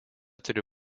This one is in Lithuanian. turi